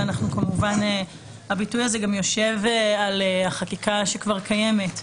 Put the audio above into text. וכמובן שהביטוי הזה גם יושב על החקיקה שכבר קיימת,